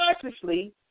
consciously